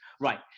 right